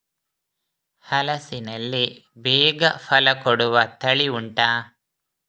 ಹಲಸಿನಲ್ಲಿ ಬೇಗ ಫಲ ಕೊಡುವ ತಳಿ ಉಂಟಾ